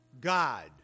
God